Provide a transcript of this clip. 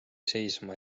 seisma